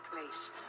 place